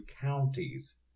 counties